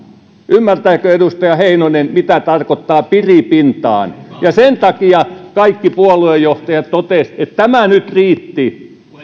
ymmärtääkö edustaja heinonen mitä tarkoittaa piripintaan ja sen takia kaikki puoluejohtajat totesivat että tämä nyt riitti ja ei